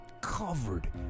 covered